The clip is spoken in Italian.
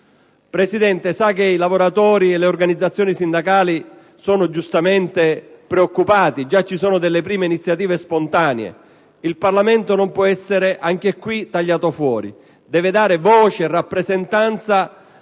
Lei sa che i lavoratori e le organizzazioni sindacali sono giustamente preoccupati. Già ci sono delle prime iniziative spontanee. Il Parlamento non può essere tagliato fuori. Deve dare voce e rappresentanza